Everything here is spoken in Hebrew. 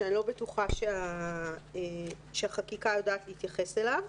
שאני לא בטוחה שהחקיקה יודעת להתייחס אליו.